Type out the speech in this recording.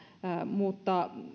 mutta